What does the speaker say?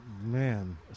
Man